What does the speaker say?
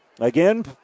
again